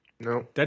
No